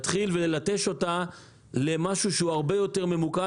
עלינו להתחיל ללטש אותה למשהו שהוא הרבה יותר ממוקד,